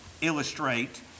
illustrate